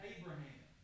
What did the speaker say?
Abraham